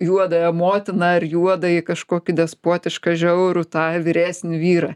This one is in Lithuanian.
juodąją motiną ar juodąjį kažkokį despotišką žiaurų tą vyresnį vyrą